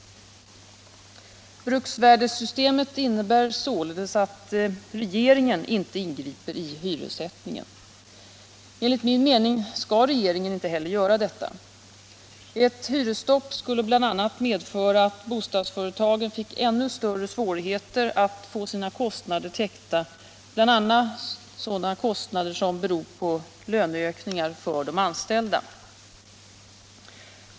Bruksvärdessystemet innebär således att regeringen inte ingriper i hyressättningen. Enligt min mening skall regeringen inte heller göra detta. Ett hyresstopp skulle bl.a. medföra att bostadsföretagen fick ännu större svårigheter att få sina kostnader täckta, bl.a. sådana kostnader som beror på löneökningar för de anställda.